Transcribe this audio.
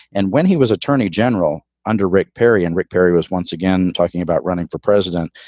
and when he was attorney general under rick perry and rick perry was once again talking about running for president.